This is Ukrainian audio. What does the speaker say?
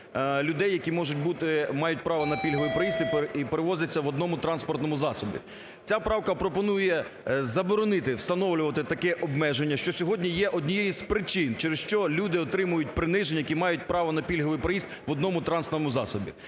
бути … мають право на пільговий проїзд і перевозяться в одному транспортному засобі. Ця правка пропоную заборонити встановлювати таке обмеження, що сьогодні є однією з причин, через що люди отримують приниження, які мають право на пільговий проїзд в одному транспортному засобі.